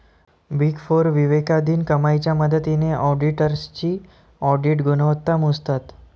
big four विवेकाधीन कमाईच्या मदतीने ऑडिटर्सची ऑडिट गुणवत्ता मोजतात